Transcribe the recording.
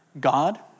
God